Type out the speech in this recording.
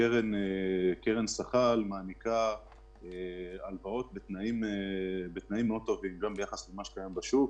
הקרן מעניקה הלוואות בתנאים מאוד טובים ביחס למה שקיים בשוק.